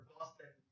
Boston